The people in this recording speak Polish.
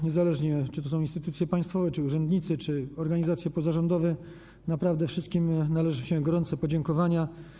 Niezależnie od tego, czy to są instytucje państwowe, czy urzędnicy, czy organizacje pozarządowe, naprawdę wszystkim należą się gorące podziękowania.